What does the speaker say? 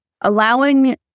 allowing